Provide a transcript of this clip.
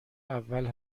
اول